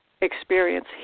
experience